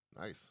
Nice